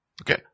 Okay